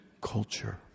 culture